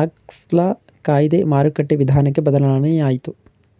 Oxley ಕಾಯ್ದೆ ಮಾರುಕಟ್ಟೆ ವಿಧಾನಕ್ಕೆ ಬದಲಾವಣೆಯಾಗಿತು